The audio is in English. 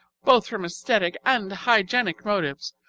both from aesthetic and hygienic motives,